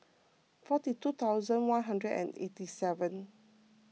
forty two thousand one hundred and eighty seven